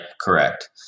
correct